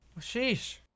Sheesh